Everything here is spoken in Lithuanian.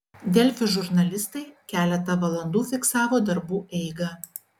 delfi žurnalistai keletą valandų fiksavo darbų eigą